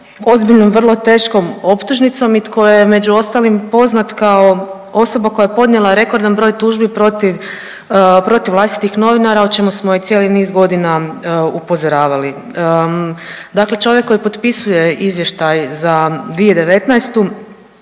ozbiljnom, vrlo teškom optužnicom i tko je, među ostalim, poznat kao osoba koja je podnijela rekordan broj tužbi protiv vlastitih novinara, o čemu smo i cijeli niz godina upozoravali. Dakle čovjek koji potpisuje Izvještaj za 2019.